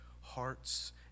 hearts